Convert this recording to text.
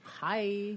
Hi